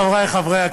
חברי חברי הכנסת,